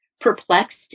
perplexed